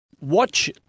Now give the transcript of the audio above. watch